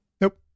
Nope